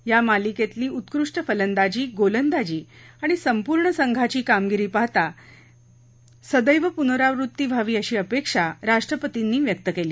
या मालिकेतली उत्कृष्ट फलदांजी गोलदांजी आणि संपूर्ण संघांची कामगिरी पाहता यांचीच सदैव पुनरावृत्ती व्हावी अशी अपेक्षा राष्ट्रपतींनी व्यक्त केली